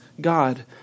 God